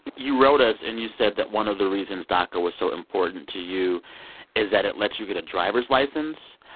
you wrote us, and you said that one of the reasons daca was so important to you is that it lets you get a driver's license.